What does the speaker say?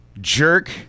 Jerk